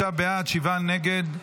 29 בעד, שבעה נגד.